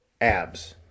Abs